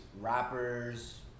rappers